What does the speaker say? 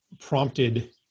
prompted